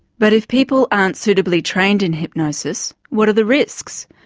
but if people aren't suitably trained in hypnosis what are the risks?